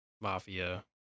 mafia